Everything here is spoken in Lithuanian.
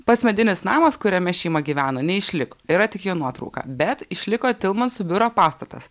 pats medinis namas kuriame šeima gyveno neišliko yra tik jo nuotrauką bet išliko tilmansų biuro pastatas